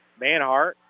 Manhart